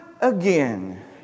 again